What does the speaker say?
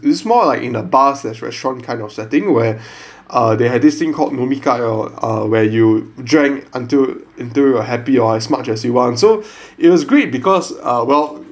it's more like in a bar as a restaurant kind of setting where uh they had this thing called nomihodai uh where you drank until until you are happy or as much as you want so it was great because uh well